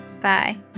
Bye